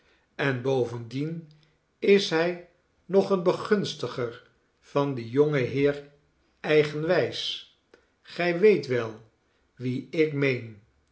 en bovendien is hij nog een begunstiger van dien jongen heer eigenwijs gij weet wel wien ik meen